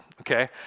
okay